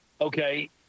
Okay